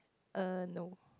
err no